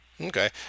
Okay